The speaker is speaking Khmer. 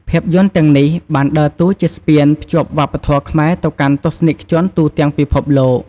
ភាពយន្តទាំងនេះបានដើរតួជាស្ពានភ្ជាប់វប្បធម៌ខ្មែរ ទៅកាន់ទស្សនិកជនទូទាំងពិភពលោក។